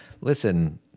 listen